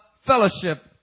fellowship